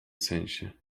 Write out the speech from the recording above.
sensie